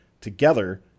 Together